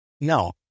No